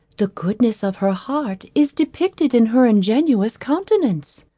the goodness of her heart is depicted in her ingenuous countenance.